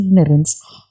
ignorance